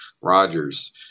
Rodgers